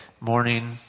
morning